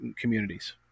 communities